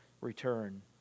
return